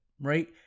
right